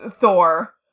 Thor